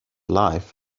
life